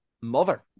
Mother